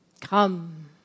Come